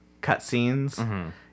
cutscenes